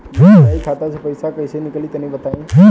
UPI खाता से पइसा कइसे निकली तनि बताई?